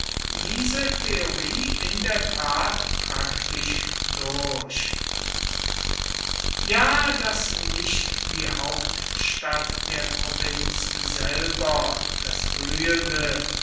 diese theorie in der tat praktisch durch ja daß nicht die hauptstadt der provinz selber das blühende